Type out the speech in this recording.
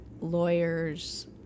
lawyers